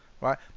Right